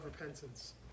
repentance